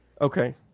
Okay